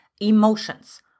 emotions